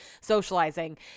socializing